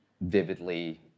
vividly